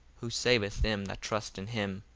who saveth them that trust in him.